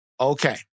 Okay